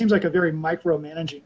seems like a very micro manag